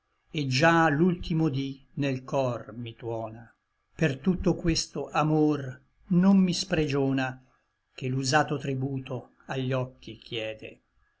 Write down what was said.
et già l'ultimo dí nel cor mi tuona per tutto questo amor non mi spregiona che l'usato tributo agli occhi chiede